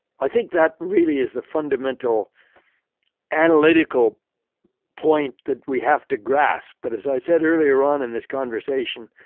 i think that really is the fundamental analytical point that we have to grasp. but as i said earlier on in this conversation,